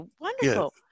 wonderful